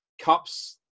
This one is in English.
cups